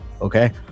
okay